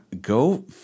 Go